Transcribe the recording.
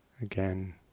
Again